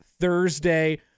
Thursday